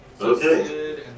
okay